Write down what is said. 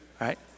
right